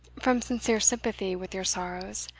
from sincere sympathy with your sorrows,